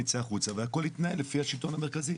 נצא החוצה והכל יתנהל לפי השלטון המרכזי.